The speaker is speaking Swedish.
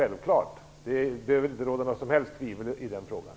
Det behöver inte råda några som helst tvivel i den frågan.